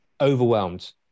overwhelmed